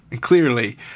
Clearly